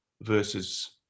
versus